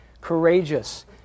courageous